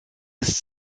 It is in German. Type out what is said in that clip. ist